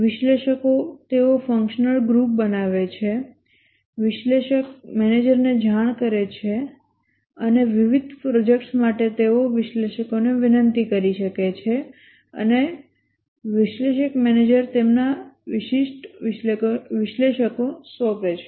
વિશ્લેષકો તેઓ functional group બનાવે છે વિશ્લેષક મેનેજરને જાણ કરે છે અને વિવિધ પ્રોજેક્ટ્સ માટે તેઓ વિશ્લેષકોને વિનંતી કરી શકે છે અને વિશ્લેષક મેનેજર તેમને વિશિષ્ટ વિશ્લેષકો સોંપે છે